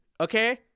Okay